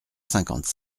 cinquante